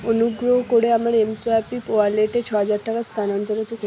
অনুগ্রহ করে আমার এমসোয়াইপ ওয়ালেটে ছ হাজার টাকা স্থানান্তরিত করুন